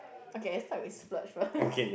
okay I start with splurge first